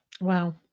Wow